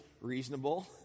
reasonable